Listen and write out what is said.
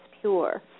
pure